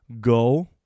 Go